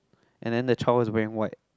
and then the child is wearing white